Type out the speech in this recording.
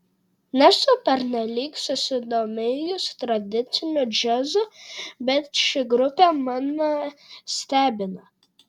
nesu pernelyg susidomėjus tradiciniu džiazu bet ši grupė mane stebina